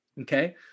Okay